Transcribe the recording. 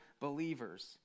believers